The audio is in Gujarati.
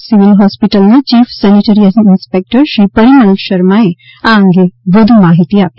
સુરત સિવિલ હોસ્પિટલના chief sanitary inspector Shri Parimal Sharma એ આ અંગે વધુ વિગતો આપી